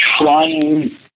trying